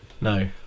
no